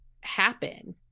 happen